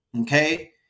okay